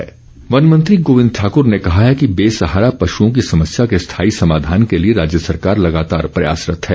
गौसदन वन मंत्री गोविंद ठाकूर ने कहा है कि बेसहारा पशुओं की समस्या के स्थायी समाधान के लिए राज्य सरकार लगातार प्रयासरत हैं